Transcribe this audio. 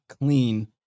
clean